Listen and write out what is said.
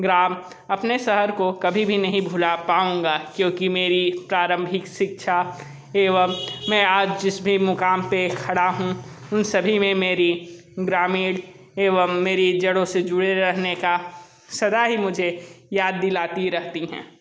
ग्राम अपने शहर को कभी भी नहीं भूला पाऊँगा क्योंकि मेरी प्रारंभिक शिक्षा एवं मैं आज जिस भी मुक़ाम पर खड़ा हूँ उन सभी में मेरी ग्रामीण एवं मेरी जड़ो से जुड़े रहने का सदा ही मुझे याद दिलाती रहती हैं